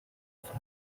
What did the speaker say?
for